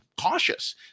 cautious